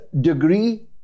degree